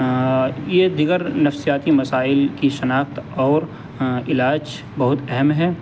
یہ دیگر نفسیاتی مسائل کی شناخت اور علاج بہت اہم ہے